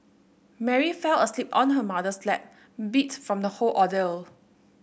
Mary fell asleep on her mother's lap beat from the whole ordeal